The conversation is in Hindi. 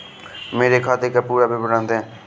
मेरे खाते का पुरा विवरण दे?